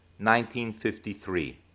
1953